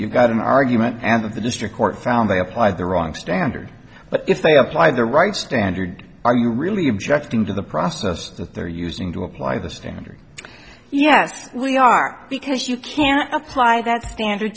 you've got an argument and that the district court found they apply the wrong standard but if they apply the right standard are you really objecting to the process that they're using to apply the standard yes we are because you can't apply that standard